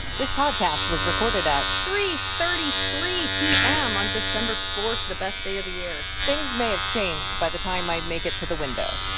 this podcast was recorded at. three thirty three p m. on december four, the best day of the year things may have changed by the time i make it to the window.